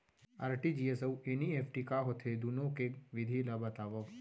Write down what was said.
RTGS अऊ NEFT का होथे, दुनो के विधि ला बतावव